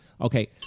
okay